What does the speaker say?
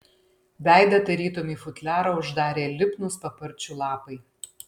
veidą tarytum į futliarą uždarė lipnūs paparčių lapai